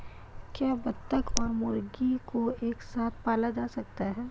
क्या बत्तख और मुर्गी को एक साथ पाला जा सकता है?